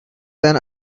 than